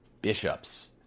bishops